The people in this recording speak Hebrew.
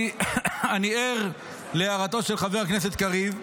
אני ער להערתו של חבר הכנסת קריב,